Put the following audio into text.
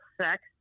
sex